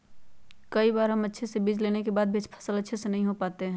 कई बार हम अच्छे बीज लेने के बाद भी फसल अच्छे से नहीं हो पाते हैं?